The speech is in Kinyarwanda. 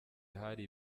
hari